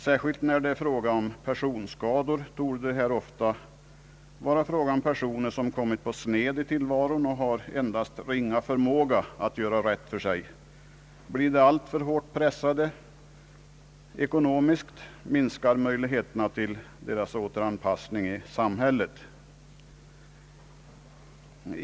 Särskilt när det gäller personskador är det oftast fråga om personer som kommit på sned i tillvaron och endast har ringa förmåga att göra rätt för sig, som blir skadeståndsskyldiga. Blir dessa alltför hårt pressade i ekonomiskt avseende, minskar deras möjligheter till återanpassning i samhället.